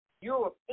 Europe